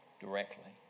directly